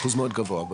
אחוז מאוד גבוה.